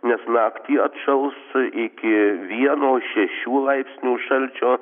nes naktį atšals iki vieno šešių laipsnių šalčio